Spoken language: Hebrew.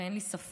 אין לי ספק